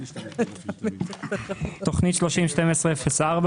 תוכנית 301204,